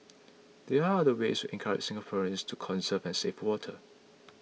there are other ways encourage Singaporeans to conserve and save water